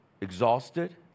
exhausted